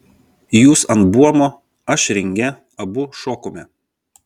jūs ant buomo aš ringe abu šokome